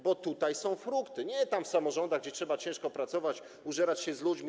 Bo tutaj są frukty, nie tam, w samorządach, gdzie trzeba ciężko pracować, użerać się z ludźmi.